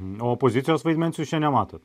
nu opozicijos vaidmens jūs čia nematot